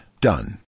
Done